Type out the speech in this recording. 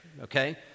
okay